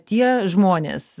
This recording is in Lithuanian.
tie žmonės